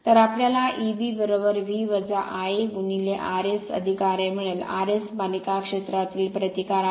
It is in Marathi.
तर आपल्याला Eb V Ia R S ra मिळेल RS मालिका क्षेत्रातील प्रतिकार आहे